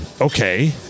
Okay